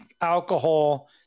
alcohol